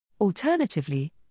Alternatively